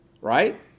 right